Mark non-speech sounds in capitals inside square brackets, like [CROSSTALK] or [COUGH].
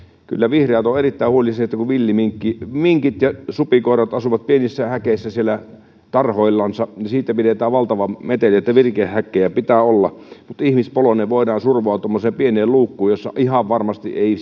kyllä vihreät ovat erittäin huolissaan kun villiminkit villiminkit ja supikoirat asuvat pienissä häkeissä siellä tarhoillansa ja siitä pidetään valtava meteli että virikehäkkejä pitää olla mutta ihmispoloinen voidaan survoa tuommoiseen pieneen luukkuun jossa ihan varmasti ei [UNINTELLIGIBLE]